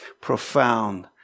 profound